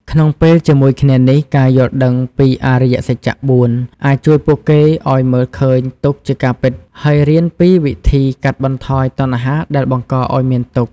ក្នុងពេលជាមួយគ្នានេះ ការយល់ដឹងពីអរិយសច្ចៈ ៤ អាចជួយពួកគេឲ្យមើលឃើញទុក្ខជាការពិត ហើយរៀនពីវិធីកាត់បន្ថយតណ្ហាដែលបង្កឲ្យមានទុក្ខ។